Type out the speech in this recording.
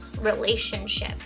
relationship